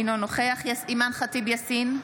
אינו נוכח אימאן ח'טיב יאסין,